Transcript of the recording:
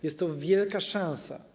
Jest to wielka szansa.